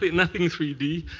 but nothing three d.